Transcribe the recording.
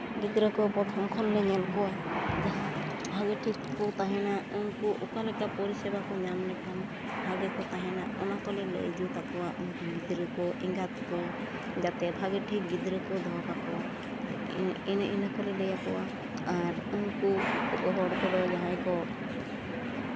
ᱜᱤᱫᱽᱨᱟᱹ ᱠᱚ ᱯᱨᱚᱛᱷᱚᱢ ᱠᱷᱚᱱ ᱞᱮ ᱧᱮᱞ ᱠᱚᱣᱟ ᱡᱟᱦᱟᱸ ᱵᱷᱟᱹᱜᱮ ᱴᱷᱤᱠ ᱠᱚ ᱛᱟᱦᱮᱱᱟ ᱩᱱᱠᱩ ᱚᱠᱟ ᱞᱮᱠᱟ ᱯᱚᱨᱤᱥᱮᱵᱟ ᱠᱚ ᱧᱟᱢ ᱞᱮᱠᱷᱟᱱ ᱵᱷᱟᱜᱮ ᱠᱚ ᱛᱟᱦᱮᱱᱟ ᱚᱱᱟ ᱠᱚᱜᱮ ᱞᱟᱹᱭ ᱡᱩᱛ ᱟᱠᱚᱣᱟ ᱩᱱᱠᱩ ᱜᱤᱫᱽᱨᱟᱹ ᱠᱚ ᱮᱸᱜᱟᱛ ᱠᱚ ᱡᱟᱛᱮ ᱵᱷᱟᱜᱮ ᱴᱷᱤᱠ ᱜᱤᱫᱽᱨᱟᱹ ᱠᱚ ᱫᱚᱦᱚ ᱠᱟᱠᱚ ᱮᱱᱮ ᱤᱱᱟᱹ ᱠᱚᱞᱮ ᱞᱟᱹᱭ ᱟᱠᱚᱣᱟ ᱟᱨ ᱩᱱᱠᱩ ᱜᱚᱜᱚ ᱦᱚᱲ ᱠᱚᱫᱚ ᱡᱟᱦᱟᱸᱭ ᱠᱚ